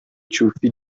ciuffi